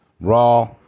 Raw